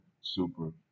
super